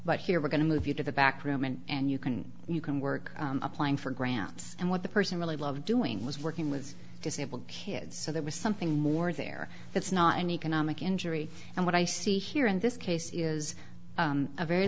but here we're going to move you to the back room and you can you can work applying for grants and what the person really love doing was working with disabled kids so there was something more there it's not an economic injury and what i see here in this case is a very